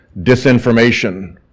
disinformation